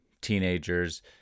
teenagers